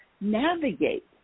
navigate